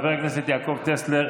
חבר הכנסת יעקב טסלר,